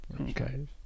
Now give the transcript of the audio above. Okay